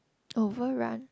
over run